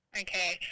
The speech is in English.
Okay